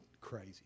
crazy